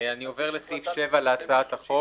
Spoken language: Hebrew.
אני עובר לסעיף 7 להצעת החוק,